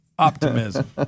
optimism